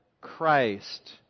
Christ